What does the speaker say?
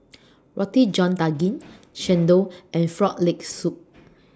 Roti John Daging Chendol and Frog Leg Soup